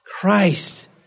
Christ